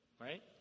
right